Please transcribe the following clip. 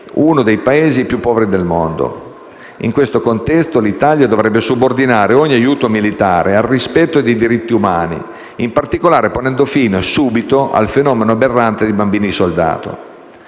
uno dei Paesi più poveri del mondo. In questo contesto, l'Italia dovrebbe subordinare ogni aiuto militare al rispetto dei diritti umani, in particolare ponendo fine, subito, al fenomeno aberrante dei bambini soldato.